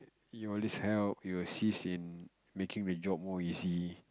you at least help you assist in making the job more easy